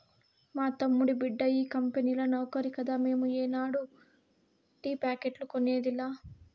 మా తమ్ముడి బిడ్డ ఈ కంపెనీల నౌకరి కదా మేము ఏనాడు టీ ప్యాకెట్లు కొనేదిలా